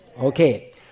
Okay